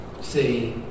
See